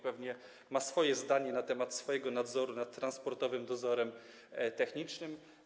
Pewnie ma swoje zdanie na temat swojego nadzoru nad Transportowym Dozorem Technicznym.